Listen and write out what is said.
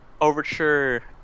Overture